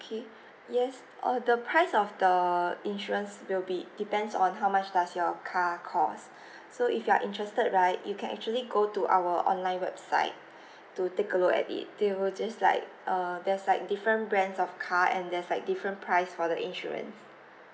okay yes oh the price of the insurance will be depends on how much does your car costs so if you are interested right you can actually go to our online website to take a look at it they will just like uh there's like different brands of car and there's like different price for the insurance